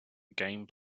game